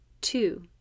two